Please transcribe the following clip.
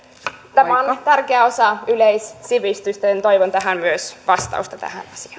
tämä on on tärkeä osa yleissivistystä ja toivon vastausta tähän